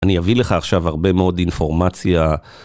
אני אביא לך עכשיו הרבה מאוד אינפורמציה.